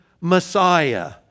Messiah